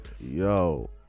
Yo